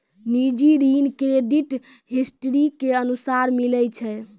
निजी ऋण credit history के अनुसार मिलै छै